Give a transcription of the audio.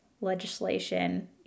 Legislation